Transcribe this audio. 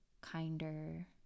kinder